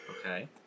Okay